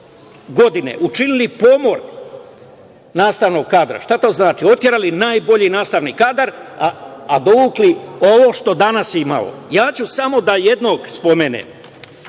godine učinili pomor nastavnog kadra. Šta to znači? Oterali smo najbolji nastavni kadar, a dovukli ovo što danas imamo. Samo ću jednog da spomenem,